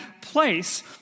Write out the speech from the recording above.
place